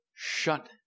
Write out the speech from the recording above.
shut